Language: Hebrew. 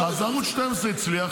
ערוץ 14. אז ערוץ 12 הצליח,